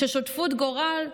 של שותפות גורל,